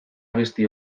abesti